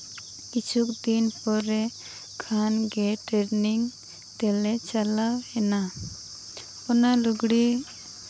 ᱠᱤᱪᱷᱩᱠ ᱫᱤᱱ ᱯᱚᱨᱮ ᱠᱷᱟᱱ ᱜᱮ ᱴᱨᱮᱱᱤᱝ ᱛᱮᱞᱮ ᱪᱟᱞᱟᱣ ᱮᱱᱟ ᱚᱱᱟ ᱞᱩᱜᱽᱲᱤ